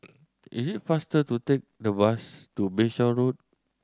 it is faster to take the bus to Bayshore Road